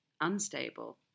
unstable